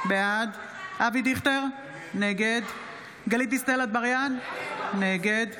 בעד אבי דיכטר, נגד גלית דיסטל אטבריאן, נגד